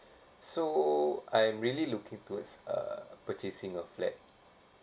so I'm really looking towards uh purchasing a flat